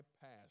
past